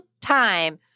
time